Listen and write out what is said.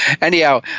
Anyhow